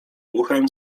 uchem